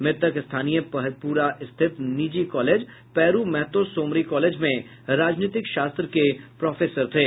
मृतक स्थानीय पहड़पुरा स्थित निजी कॉलेज पैरू महतो सोमरी कॉलेज में राजनीतिक शास्त्र के प्रोफेसर थे